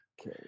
Okay